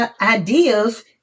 ideas